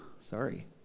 Sorry